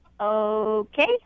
Okay